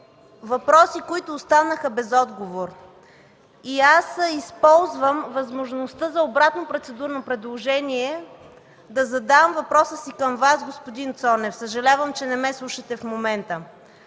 въпроси, които останаха без отговор. Използвам възможността за обратно процедурно предложение да задам въпроса си към Вас, господин Цонев. Съжалявам, че не ме слушате в момента.